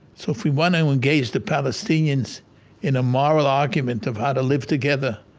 so if we want to and engage the palestinians in a moral argument of how to live together,